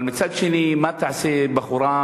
אבל מצד שני, מה תעשה בחורה,